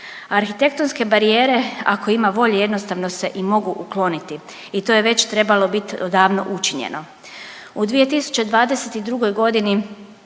Arhitektonske barijere ako ima volje jednostavno se i mogu ukloniti i to je već trebalo bit davno učinjeno. U 2022. godini